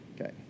Okay